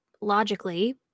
logically